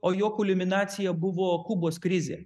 o jo kulminacija buvo kubos krizė